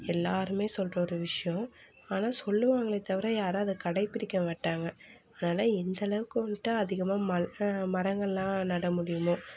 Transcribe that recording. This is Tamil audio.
எல்லோருமே சொல்கிற ஒரு விஷயம் ஆனால் சொல்வாங்களே தவிற யாரும் அத கடைபிடிக்க மாட்டாங்க அதனால எந்த அளவுக்கு வந்துட்டு அதிகமாக மரம் மரங்கள் நட முடியுமோ